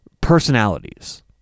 personalities